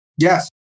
Yes